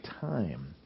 time